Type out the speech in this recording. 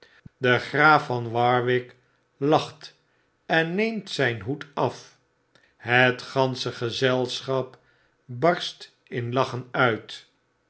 de graaf van warwick lacht en neemt zyn hoed af het gansche gezelschap barst in lachen uit